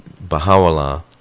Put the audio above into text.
Baha'u'llah